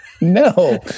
No